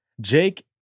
Jake